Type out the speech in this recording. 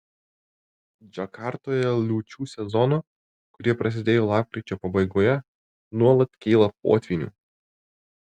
džakartoje liūčių sezonu kurie prasidėjo lapkričio pabaigoje nuolat kyla potvynių